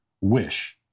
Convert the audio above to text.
Wish